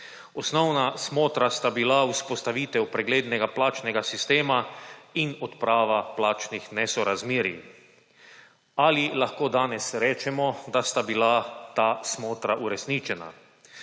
Osnovna smotra sta bila vzpostavitev preglednega plačnega sistema in odprava plačnih nesorazmerij. Ali lahko danes rečemo, da sta bila ta smotra uresničena?